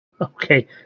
Okay